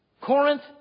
Corinth